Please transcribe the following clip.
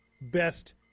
best